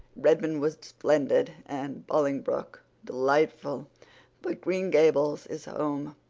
redmond was splendid and bolingbroke delightful but green gables is home.